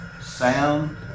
sound